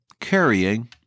carrying